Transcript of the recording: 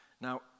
Now